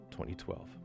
2012